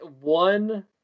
one